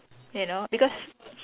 you know because